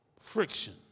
friction